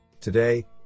Today